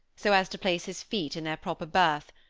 so as to place his feet in their proper berth,